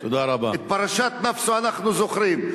את פרשת נאפסו אנחנו זוכרים.